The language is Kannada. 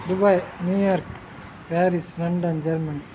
Dubai New York Paris London Germany